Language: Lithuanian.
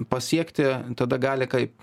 pasiekti tada gali kaip